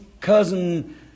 cousin